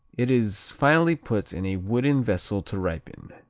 it is finally put in a wooden vessel to ripen.